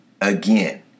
again